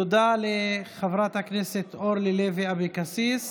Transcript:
תודה לחברת הכנסת אורלי לוי אבקסיס.